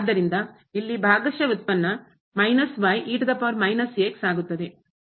ಆದ್ದರಿಂದ ಇಲ್ಲಿ ಭಾಗಶಃ ವ್ಯುತ್ಪನ್ನ ಆಗುತ್ತದೆ